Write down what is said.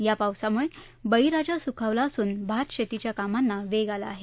या पावसामुळे बळीराजा सुखावला असून भातशेतीच्या कामांना वेग आला आहे